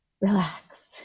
relax